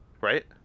Right